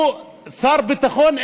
הוא שר ביטחון?